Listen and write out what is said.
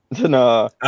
No